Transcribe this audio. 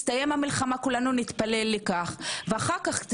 כולנו נתפלל לכך שהמלחמה תסתיים ואחר כך הם